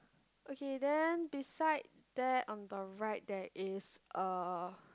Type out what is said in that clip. okay then beside that on the right there is a